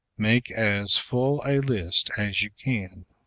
make as full a list as you can.